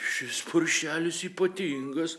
šis paršelis ypatingas